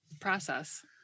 process